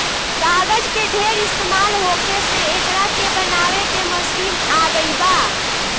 कागज के ढेर इस्तमाल होखे से एकरा के बनावे के मशीन आ गइल बा